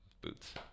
boots